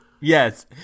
yes